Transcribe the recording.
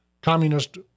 communist